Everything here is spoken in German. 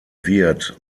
wird